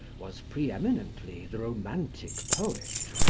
was pre-eminently the romantic poet.